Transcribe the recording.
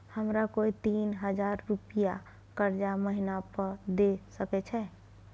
हमरा कोय तीन हजार रुपिया कर्जा महिना पर द सके छै?